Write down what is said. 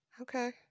Okay